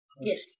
Yes